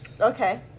Okay